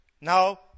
now